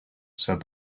said